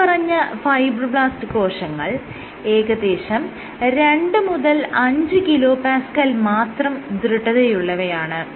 മേല്പറഞ്ഞ ഫൈബ്രോബ്ലാസ്റ്റ് കോശങ്ങൾ ഏകദേശം 2 5 kPa മാത്രം ദൃഢതയുള്ളവയാണ്